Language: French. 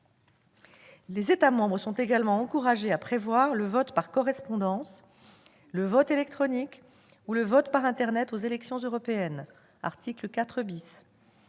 Les États membres sont également encouragés à prévoir le vote par correspondance, le vote électronique ou le vote par internet aux élections européennes, ainsi